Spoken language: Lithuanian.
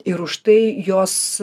ir už tai jos